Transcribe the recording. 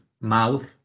mouth